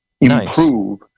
Improve